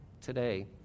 today